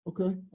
Okay